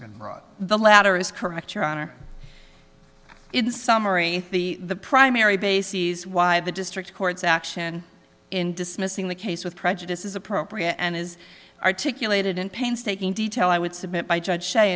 been brought the latter is correct your honor in summary the the primary bases why the district court's action in dismissing the case with prejudice is appropriate and is articulated in painstaking detail i would submit by judge shay